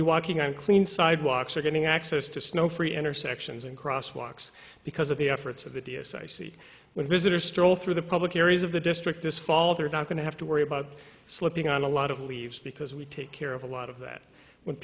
be walking on clean sidewalks or getting access to snow free intersections and crosswalks because of the efforts of the d s i see when visitors stroll through the public areas of the district this fall they're not going to have to worry about slipping on a lot of leaves because we take care of a lot of that when